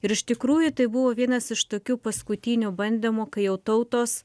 ir iš tikrųjų tai buvo vienas iš tokių paskutinių bandymų kai jau tautos